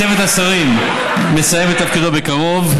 צוות השרים מסיים את תפקידו בקרוב.